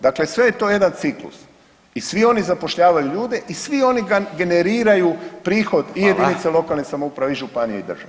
Dakle sve je to jedan ciklus i svi oni zapošljavaju ljude i svi oni generiraju prihod i jedinice lokalne samouprave [[Upadica: Hvala.]] i županije i države.